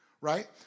Right